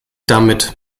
damit